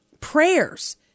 prayers